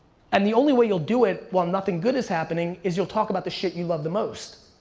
and the only way you'll do it while nothing good is happening is you'll talk about the shit you love the most.